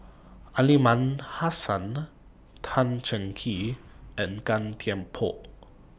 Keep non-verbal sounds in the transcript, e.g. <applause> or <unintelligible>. Aliman Hassan <unintelligible> Tan Cheng Kee and Gan Thiam Poh